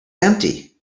empty